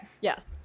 yes